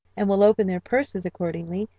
and will open their purses accordingly,